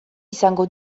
izango